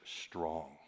strong